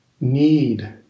need